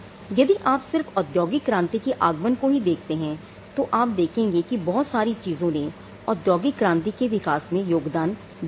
यदि आप सिर्फ औद्योगिक क्रांति के आगमन को ही देखते हैं तो आप देखेंगे की बहुत सारी चीजों ने औद्योगिक क्रांति के विकास में योगदान दिया है